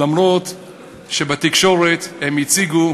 אף-על-פי שבתקשורת הם הציגו